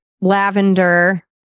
lavender